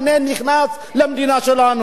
המחדל הגדול של המדינה הזו,